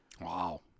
Wow